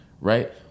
right